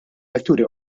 vetturi